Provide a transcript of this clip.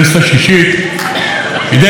כדי להשיג את האות שי"ן, שהוא מאוד רצה